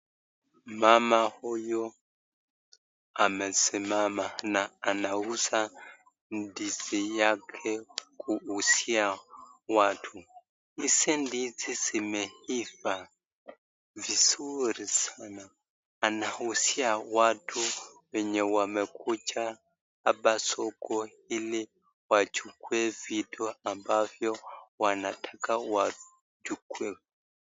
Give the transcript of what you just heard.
Mama huyu amesimama na anauza ndizi yake kwa uuzia watu. Ndizi zimeiva vizuri sana. Anauzia watu wenye wamekuja hapa soko ili wachukue vitu ambavyo wanataka wachukue.